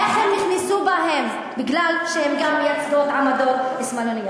איך הם נכנסו בהן בגלל שהן גם מייצרות עמדות שמאלניות.